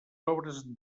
obres